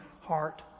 heart